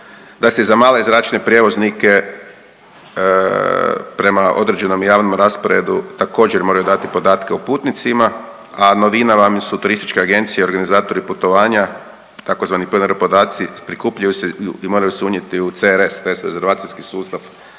da se i za male zračne prijevoznike prema određenom javnom rasporedu također moraju dati podatke o putnicima, a novina su vam turističke agencije i organizatori putovanja tzv. pener podaci, prikupljaju se i moraju se unijeti u CRS tj. rezervacijski sustav